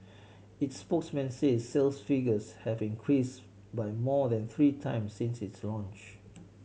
its spokesman says sales figures have increase by more than three times since it launch